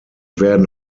werden